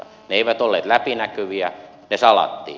ne eivät olleet läpinäkyviä ne salattiin